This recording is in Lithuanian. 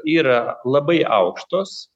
yra labai aukštos